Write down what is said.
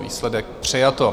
Výsledek: přijato.